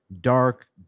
dark